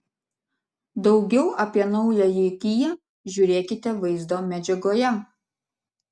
daugiau apie naująjį kia žiūrėkite vaizdo medžiagoje